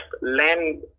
land